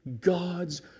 God's